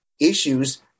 issues